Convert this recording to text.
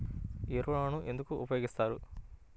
ఎరువులను ఎందుకు ఉపయోగిస్తారు?